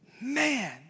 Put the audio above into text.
man